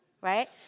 right